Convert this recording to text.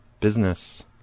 business